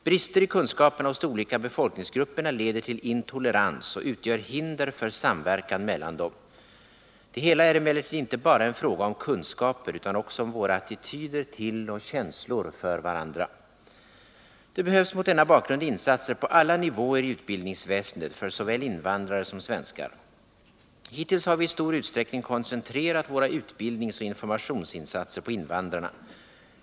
Brister i kunskaperna hos de olika befolkningsgrupperna leder till intolerans och utgör hinder för samverkan mellan dem. Det hela är emellertid inte bara en fråga om kunskaper utan också om våra attityder till och känslor för varandra. Det behövs mot denna bakgrund insatser på alla nivåer i utbildningsväsendet för såväl invandrare som svenskar. Hittills har vi i stor utsträckning koncentrerat våra utbildningsoch informationsinsatser på invandrarna.